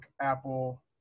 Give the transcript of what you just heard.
Apple